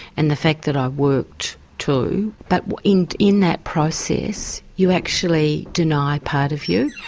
and the fact that i worked too, but in in that process you actually deny part of you,